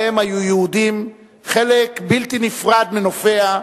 שבהם היו היהודים חלק בלתי נפרד מנופיה,